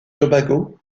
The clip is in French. tobago